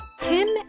Tim